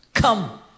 Come